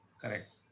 Correct